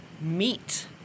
meat